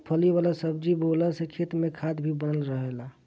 फली वाला सब्जी बोअला से खेत में खाद भी बनल रहेला